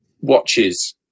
watches